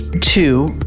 Two